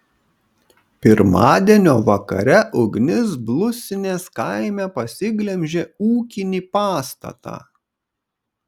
pirmadienio vakare ugnis blusinės kaime pasiglemžė ūkinį pastatą